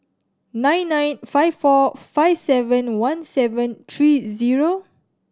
nine nine five four five seven one seven three zero